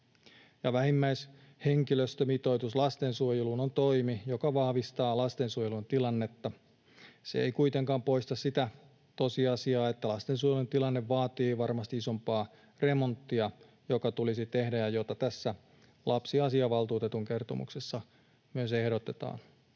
vähimmäishenkilöstömitoitus lastensuojeluun on toimi, joka vahvistaa lastensuojelun tilannetta. Se ei kuitenkaan poista sitä tosiasiaa, että lastensuojelun tilanne vaatii varmasti isompaa remonttia, joka tulisi tehdä ja jota tässä lapsiasiavaltuutetun kertomuksessa myös ehdotetaan.